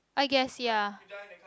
I guess ya